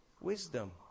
Wisdom